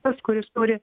tas kuris turi